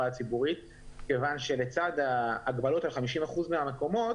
הציבורית כיוון שלצד ההגבלות על 50 אחוזים מהמקומות,